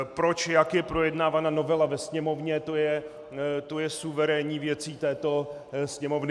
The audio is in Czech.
Proč, jak je projednávána novela ve Sněmovně, to je suverénní věcí této Sněmovny.